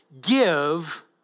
give